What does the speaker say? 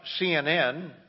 CNN